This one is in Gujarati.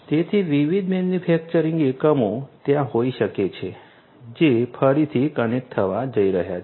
તેથી વિવિધ મેન્યુફેક્ચરિંગ એકમો ત્યાં હોઈ શકે છે જે ફરીથી કનેક્ટ થવા જઈ રહ્યાં છે